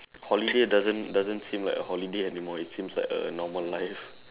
holiday doesn't doesn't seem like a holiday anymore it seems like a normal life